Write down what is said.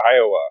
Iowa